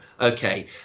Okay